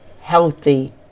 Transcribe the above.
healthy